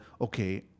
okay